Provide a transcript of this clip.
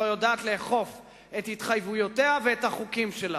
לא יודעת לאכוף את התחייבויותיה ואת החוקים שלה.